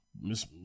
Miss